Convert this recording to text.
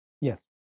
Yes